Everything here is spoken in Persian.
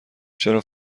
چرا